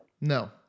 No